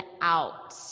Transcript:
out